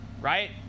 right